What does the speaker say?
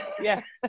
yes